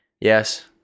yes